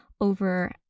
over